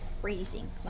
freezing